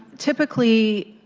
typically,